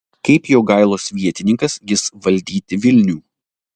kaip jogailos vietininkas jis valdyti vilnių